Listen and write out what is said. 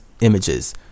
images